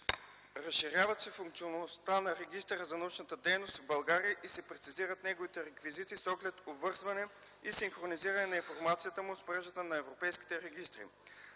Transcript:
Разширява се функционалността на Регистъра за научната дейност в България и се прецизират неговите реквизити, с оглед обвързване и синхронизиране на информацията му с мрежата на европейските регистри.